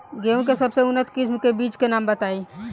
गेहूं के सबसे उन्नत किस्म के बिज के नाम बताई?